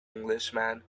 englishman